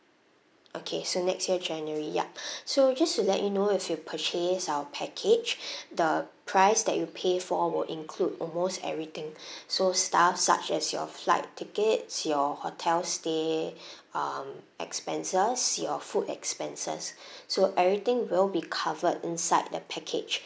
okay so next year january yup so just to let you know if you purchase our package the price that you pay for will include almost everything so stuff such as your flight tickets your hotel stay um expenses your food expenses so everything will be covered inside the package